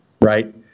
right